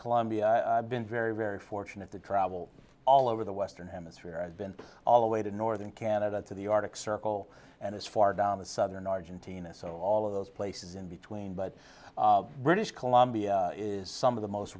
columbia i've been very very fortunate to travel all over the western hemisphere and been to all the way to northern canada to the arctic circle and as far down the southern argentina so all of those places in between but british columbia is some of the most